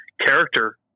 character